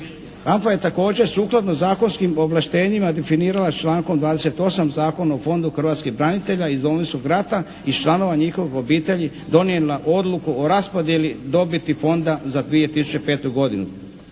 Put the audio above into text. HANFA je također sukladno zakonskim ovlaštenjima definirala člankom 28. Zakona o Fondu hrvatskih branitelja iz Domovinskog rata i članova njihovih obitelji donijela odluku o raspodjelu dobiti Fonda za 2005. godinu.